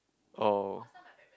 oh